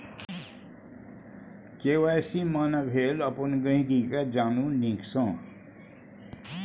KYC माने भेल अपन गांहिकी केँ जानु नीक सँ